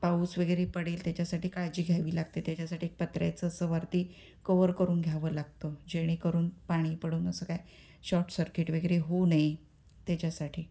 पाऊस वगैरे पडेल त्याच्यासाठी काळजी घ्यावी लागते त्याच्यासाठी एक पत्र्याचं असं वरती कवर करून घ्यावं लागतं जेणेकरून पाणी पडून असं काय शॉर्ट सर्किट वगैरे होऊ नये त्याच्यासाठी